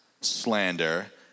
slander